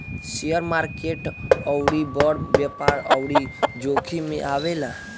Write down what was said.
share market अउरी बड़ व्यापार अउरी जोखिम मे आवेला